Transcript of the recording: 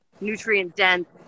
nutrient-dense